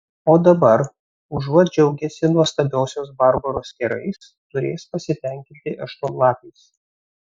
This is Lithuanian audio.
o dabar užuot džiaugęsi nuostabiosios barbaros kerais turės pasitenkinti aštuonlapiais